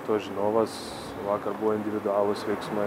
to žinovas vakar buvo individualūs veiksmai